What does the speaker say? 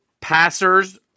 passers